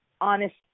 honest